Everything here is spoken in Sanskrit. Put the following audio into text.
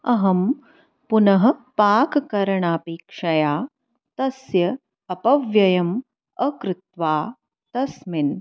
अहं पुनः पाककरणापेक्षया तस्य अपव्ययम् अकृत्वा तस्मिन्